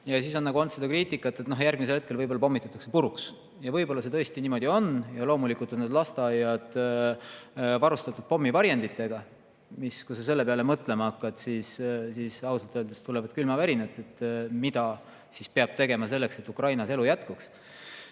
Ja siis on olnud kriitikat, et järgmisel hetkel võib-olla pommitatakse see kõik puruks. Võib-olla see tõesti niimoodi on. Loomulikult on need lasteaiad varustatud pommivarjenditega – kui selle peale mõtlema hakata, siis ausalt öeldes tulevad külmavärinad, et mida peab tegema selleks, et Ukrainas elu jätkuks.